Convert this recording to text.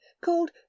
called